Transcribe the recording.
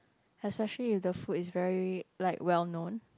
especially if the food is very like well known